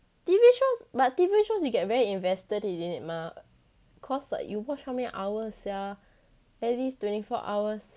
T_V shows but you get very invested in it mah cause like you watch how many hours sia at least twenty four hours